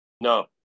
No